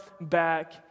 back